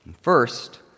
First